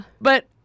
But-